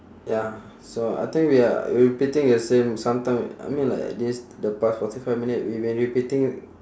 ya so I think we are we repeating the same sometime I mean like this the past forty five minute we been repeating